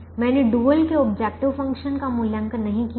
मैंने डुअल के objective function का मूल्यांकन नहीं किया है